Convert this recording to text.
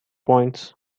points